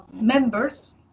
members